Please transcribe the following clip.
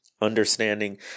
understanding